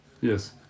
yes